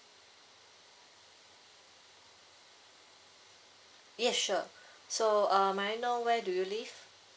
yes sure so uh may I know where do you live